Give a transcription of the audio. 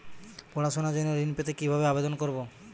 পড়াশুনা জন্য ঋণ পেতে কিভাবে আবেদন করব?